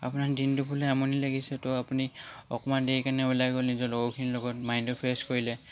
আপোনাৰ দিনটো বোলে আমনি লাগিছে তো আপুনি অকণমান দেৰি কাৰণে ওলাই গ'ল লগৰখিনিৰ লগত মাইণ্ডটো ফ্ৰেছ কৰিলে